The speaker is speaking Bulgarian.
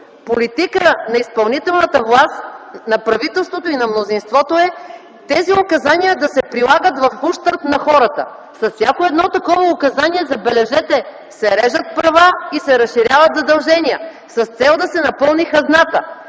политика на изпълнителната власт, на правителството и на мнозинството е тези указания да се прилагат в ущърб на хората. С всяко едно такова указание, забележете, се режат права и се разширяват задължения, с цел да се напълни хазната.